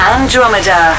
Andromeda